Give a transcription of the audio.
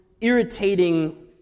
irritating